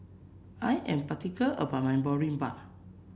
I am particular about my Boribap